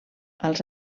als